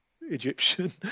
Egyptian